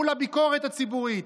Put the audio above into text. מול הביקורת הציבורית.